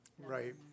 Right